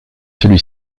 celui